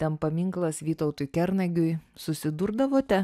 ten paminklas vytautui kernagiui susidurdavote